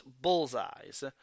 bullseyes